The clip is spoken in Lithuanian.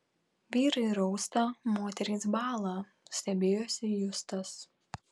vyrai rausta moterys bąla stebėjosi justas